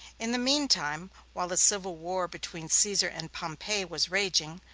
in the mean time, while the civil war between caesar and pompey was raging,